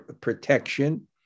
protection